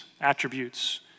attributes